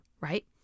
right